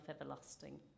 everlasting